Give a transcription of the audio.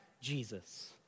Jesus